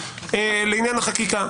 לעניין החקיקה.